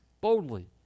boldly